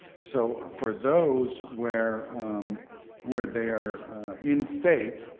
so for those where where they're in-state,